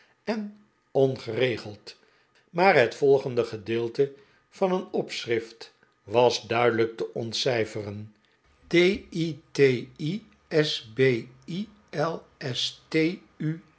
en ongeregeldj maar hei volgende gedeelte van een opschrift was duidelijk te ontcijferen